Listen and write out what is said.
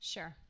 Sure